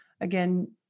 again